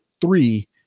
three